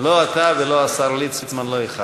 ולא השר ליצמן איחרתם.